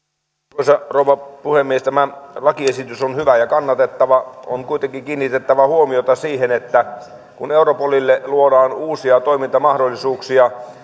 arvoisa rouva puhemies tämä lakiesitys on hyvä ja kannatettava on kuitenkin kiinnitettävä huomiota siihen että kun europolille luodaan uusia toimintamahdollisuuksia